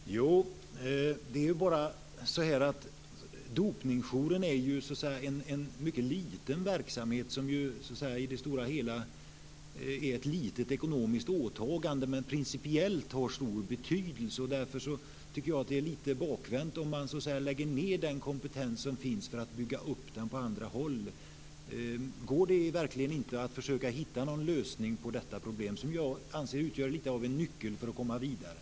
Fru talman! Det är bara det att Dopingjouren är en mycket liten verksamhet, ett i det stora hela litet ekonomiskt åtagande, men som principiellt har stor betydelse. Därför tycker jag att det är lite bakvänt om man lägger ned den kompetens som finns för att bygga upp den på andra håll. Går det verkligen inte att försöka hitta någon lösning på detta problem, som jag anser utgör lite av en nyckel för att komma vidare?